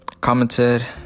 commented